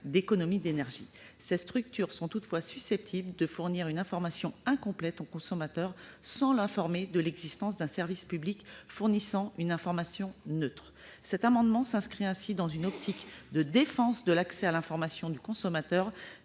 bénéficier de CEE. Ces structures sont toutefois susceptibles de fournir une information incomplète au consommateur en ne l'informant pas de l'existence d'un service public fournissant une information neutre. Cet amendement s'inscrit dans une optique de défense de l'accès à l'information du consommateur